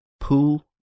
pool